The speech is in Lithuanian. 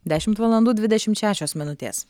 dešimt valandų dvidešimt šešios minutės